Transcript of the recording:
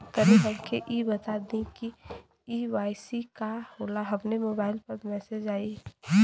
तनि हमके इ बता दीं की के.वाइ.सी का होला हमरे मोबाइल पर मैसेज आई?